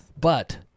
But-